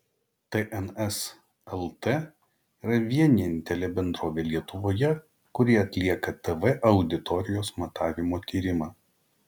tns lt yra vienintelė bendrovė lietuvoje kuri atlieka tv auditorijos matavimo tyrimą